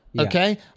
okay